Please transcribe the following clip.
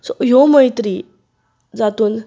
so ह्यो मैत्री जातूंत